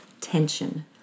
tension